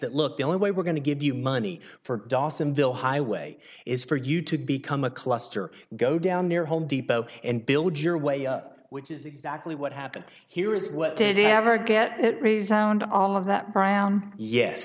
that look the only way we're going to give you money for dawsonville highway is for you to become a cluster go down near home depot and build your way which is exactly what happened here is what did it ever get it resound all of that brown yes